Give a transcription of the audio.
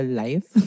life